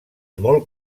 molt